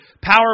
Power